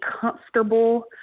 comfortable